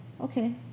Okay